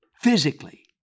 physically